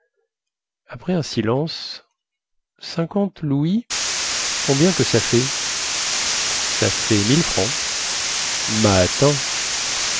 après un silence cinquante louis combien que ça fait ça fait mille francs